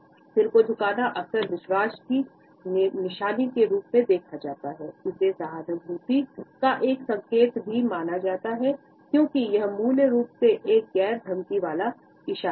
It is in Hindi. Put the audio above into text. सिर को झुकाना अक्सर विश्वास की निशानी के रूप में देखा जाता है इसे सहानुभूति का एक संकेत भी माना जाता है क्योंकि यह मूल रूप से एक गैर धमकी वाला इशारा है